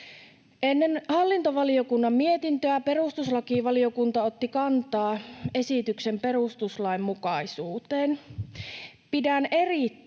Ennen hallintovaliokunnan mietintöä perustuslakivaliokunta otti kantaa esityksen perustuslainmukaisuuteen. Pidän erittäin